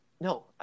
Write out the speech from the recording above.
no